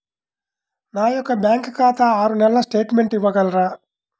నా యొక్క బ్యాంకు ఖాతా ఆరు నెలల స్టేట్మెంట్ ఇవ్వగలరా?